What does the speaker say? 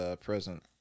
present